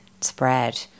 spread